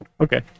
Okay